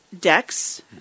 decks